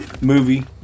movie